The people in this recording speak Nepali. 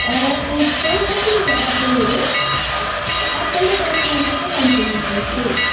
फ्रुट्स चाहिँ कसरी छ एप्पलहरू एप्पल र बनाना मात्रै लान्छु म फ्रुट चाहिँ